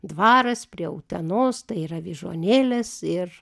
dvaras prie utenos tai yra vyžuonėlės ir